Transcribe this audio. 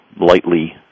lightly